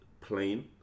plain